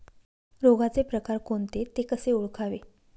रोगाचे प्रकार कोणते? ते कसे ओळखावे?